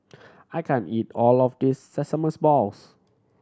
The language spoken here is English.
I can't eat all of this sesames balls